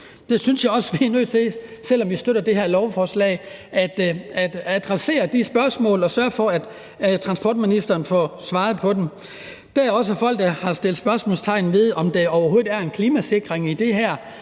Jeg synes også, vi er nødt til, selv om vi støtter det her lovforslag, at adressere de spørgsmål og sørge for, at transportministeren får svaret på dem. Der er også folk, der har sat spørgsmålstegn ved, om der overhovedet er en klimasikring i det her